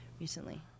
recently